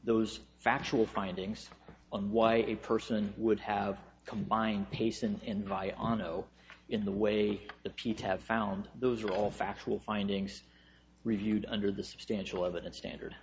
those factual findings on why a person would have combined pace in onno in the way the peat have found those are all factual findings reviewed under the substantial evidence standard